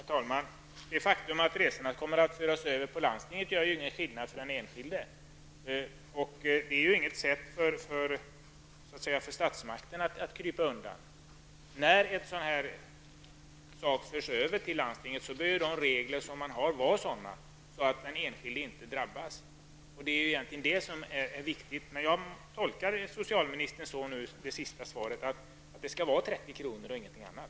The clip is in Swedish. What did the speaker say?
Herr talman! Det faktum att resorna kommer att föras över till landstinget innebär ju ingen skillnad för den enskilde. Det utgör inte något skäl för statsmakten att krypa undan. När en sådan sak förs över till landstinget bör ju reglerna vara sådana att den enskilde inte drabbas. Det är ju det som är viktigt. Jag tolkade emellertid det senaste som socialministern sade som att det skall vara 30 kr. och inget annat.